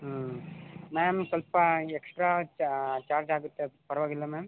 ಹ್ಞೂ ಮ್ಯಾಮ್ ಸ್ವಲ್ಪ extra charge ಆಗುತ್ತೆ ಪರವಾಗಿಲ್ವ ಮ್ಯಾಮ್